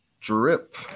Drip